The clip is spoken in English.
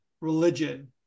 religion